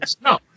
No